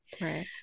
Right